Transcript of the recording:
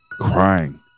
crying